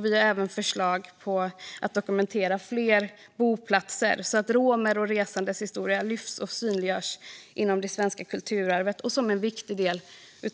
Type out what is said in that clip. Vi har även förslag på att dokumentera fler boplatser, så att romers och resandes historia lyfts fram och synliggörs inom det svenska kulturarvet som en viktig del